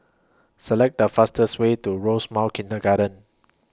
Select The fastest Way to Rosemount Kindergarten